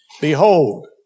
Behold